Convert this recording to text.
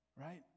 right